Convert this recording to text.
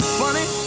funny